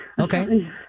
Okay